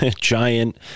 giant